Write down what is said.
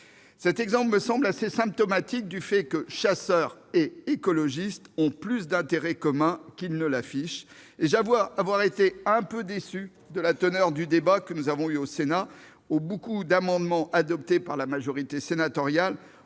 Cet exemple me semble en effet assez symptomatique du fait que chasseurs et écologistes ont plus d'intérêts communs qu'ils ne l'affichent. J'avoue d'ailleurs avoir été quelque peu déçu de la teneur du débat que nous avons eu au Sénat, au cours duquel beaucoup d'amendements adoptés par la majorité sénatoriale